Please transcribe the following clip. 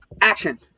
Action